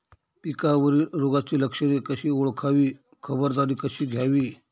पिकावरील रोगाची लक्षणे कशी ओळखावी, खबरदारी कशी घ्यावी?